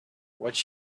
what